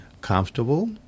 Comfortable